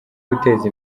guteza